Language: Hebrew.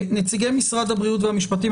נציגי משרד הבריאות והמשפטים,